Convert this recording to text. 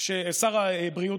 שר הבריאות,